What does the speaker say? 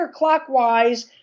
counterclockwise